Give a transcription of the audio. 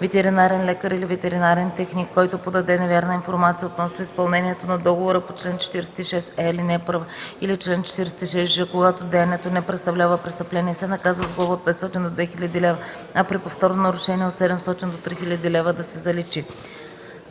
Ветеринарен лекар или ветеринарен техник, който подаде невярна информация относно изпълнението на договора по чл. 46е, ал. 1 или чл. 46ж, когато деянието не представлява престъпление, се наказва с глоба от 500 до 2000 лв., а при повторно нарушение – от 700 до 3000 лв. – да се заличи.